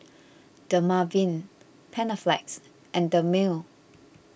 Dermaveen Panaflex and Dermale